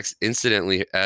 incidentally